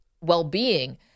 well-being